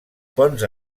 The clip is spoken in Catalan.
ponts